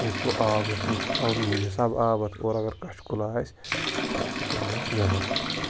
یہِ چھُو آب یَتھ منٛز چھُو ترٛاوُن ییٚمہِ حِساب آب اَتھ اورٕ اَگر کَھچہِ کُلا آسہِ تہٕ یہِ کٔڈۍ زَہوٗس نؠبَر